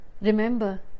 remember